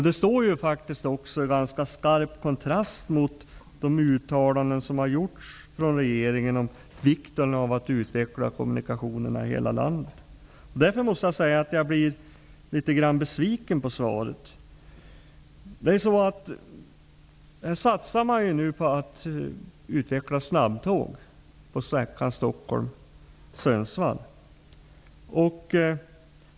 Det står också i skarp kontrast till de uttalanden som har gjorts från regeringen om vikten av att utveckla kommunikationerna i hela landet. Jag blir litet besviken på svaret. Här satsar man nu på att utveckla snabbtåg på sträckan Stockholm-- Sundsvall.